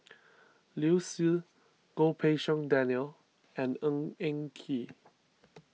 Liu Si Goh Pei Siong Daniel and Eng Ng Kee